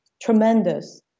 tremendous